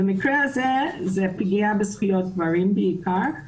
לכן היכולת להתעסק בזה בכלים הקיימים היא כמעט לא אפשרית.